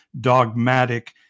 dogmatic